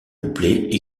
couplets